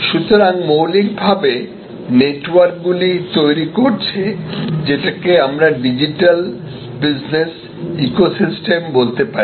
সুতরাং মৌলিকভাবে নেটওয়ার্কগুলি তৈরি করছে যেটাকে আমরা ডিজিটাল বিজনেস ইকোসিস্টেম বলতে পারি